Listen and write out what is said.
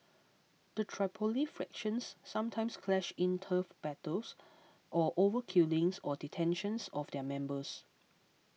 the Tripoli factions sometimes clash in turf battles or over killings or detentions of their members